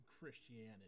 christianity